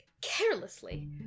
carelessly